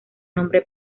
nombre